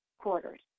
quarters